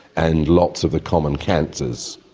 and lots of the common cancers.